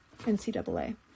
NCAA